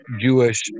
Jewish